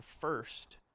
first